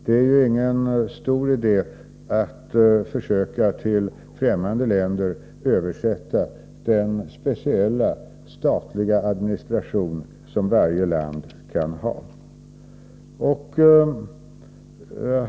Det är inte någon stor idé att försöka att till ffrämmande länder översätta den speciella statliga administration som varje land kan ha.